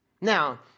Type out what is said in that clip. Now